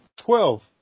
Twelve